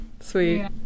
sweet